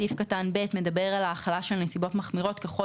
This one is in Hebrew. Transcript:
סעיף קטן (ב) מדבר על החלה של נסיבות מחמירות ככל